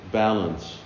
balance